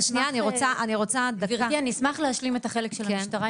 אני אשמח להשלים את החלק של המשטרה,